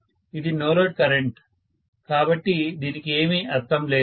ఇది no load current కాబట్టి దీనికి ఏమీ అర్థము లేదు